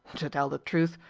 to tell the truth,